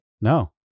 No